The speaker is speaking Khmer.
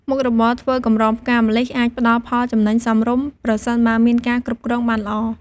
មុខរបរធ្វើកម្រងផ្កាម្លិះអាចផ្ដល់ផលចំណេញសមរម្យ ប្រសិនបើមានការគ្រប់គ្រងបានល្អ។